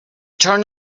turn